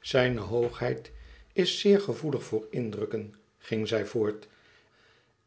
zijne hoogheid is zeer gevoelig voor indrukken ging zij voort